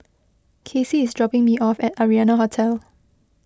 Kasie is dropping me off at Arianna Hotel